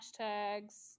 hashtags